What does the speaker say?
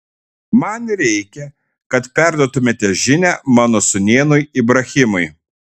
man reikia kad perduotumėte žinią mano sūnėnui ibrahimui